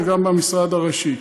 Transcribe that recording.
וגם במשרד הראשי.